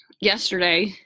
yesterday